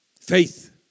Faith